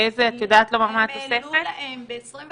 את יודעת להגיד מה התוספת?